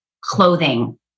clothing